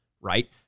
right